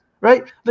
Right